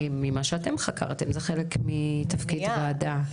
ממי שאתם חקרתם, זה חלק מתפקיד ועדה.